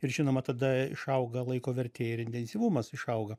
ir žinoma tada išauga laiko vertė ir intensyvumas išauga